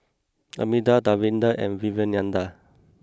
Amitabh Davinder and Vivekananda